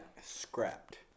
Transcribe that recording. Scrapped